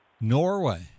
Norway